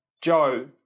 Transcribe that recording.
Joe